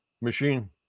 machine